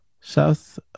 South